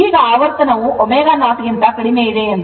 ಈಗ ಆವರ್ತನವು ω0 ಗಿಂತ ಕಡಿಮೆಯಿದೆ ಎಂದು ಊಹಿಸಿ